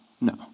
No